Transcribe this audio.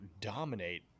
dominate